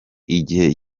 igihe